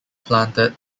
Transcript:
planted